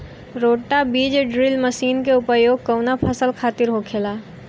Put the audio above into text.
रोटा बिज drill machine के उपयोग कऊना फसल खातिर होखेला?